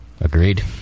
agreed